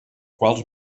quals